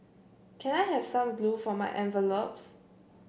can I have some glue for my envelopes